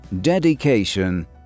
dedication